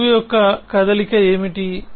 రుజువు యొక్క కదలిక ఏమిటి